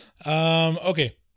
Okay